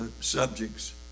subjects